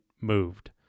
moved